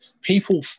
People